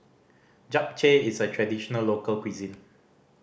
japchae is a traditional local cuisine